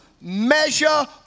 measure